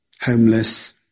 homeless